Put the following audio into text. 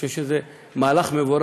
אני חושב שזה מהלך מבורך,